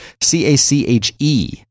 C-A-C-H-E